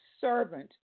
servant